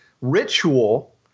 ritual